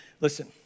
Listen